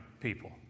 people